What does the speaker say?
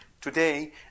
today